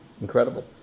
Incredible